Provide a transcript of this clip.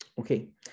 okay